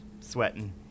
sweating